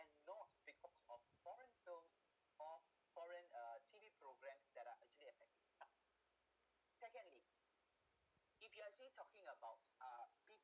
and not because of foreign films or foreign uh T_V programs that are actually affect the child secondly if you're actually talking about uh people